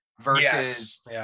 versus